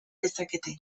dezakete